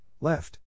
left